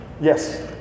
Yes